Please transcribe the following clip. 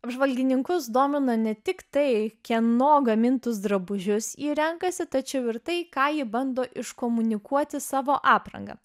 apžvalgininkus domina ne tik tai kieno gamintus drabužius ji renkasi tačiau ir tai ką ji bando iškomunikuoti savo aprangą